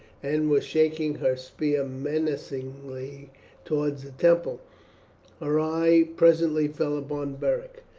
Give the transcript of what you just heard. and was shaking her spear menacingly towards the temple her eye presently fell upon beric.